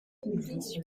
oui